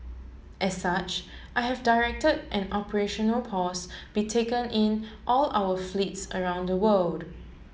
as such I have directed an operational pause be taken in all of our fleets around the world